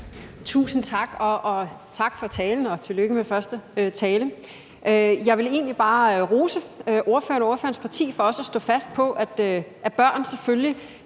Tusind tak. Tak for talen, og tillykke med den første tale. Jeg vil egentlig bare rose ordføreren og ordførerens parti for også at stå fast på, at børn selvfølgelig